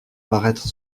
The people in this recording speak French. paraître